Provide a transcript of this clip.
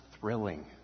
thrilling